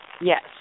Yes